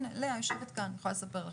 הנה, לאה יושבת כאן, יכולה לספר לך.